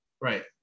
Right